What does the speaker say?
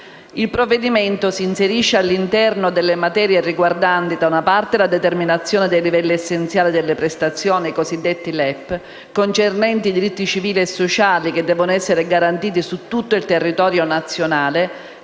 Il provvedimento si inserisce all'interno delle materie riguardanti, da una parte, la determinazione dei Livelli essenziali delle prestazioni (LEP) concernenti i diritti civili e sociali che devono essere garantiti su tutto il territorio nazionale,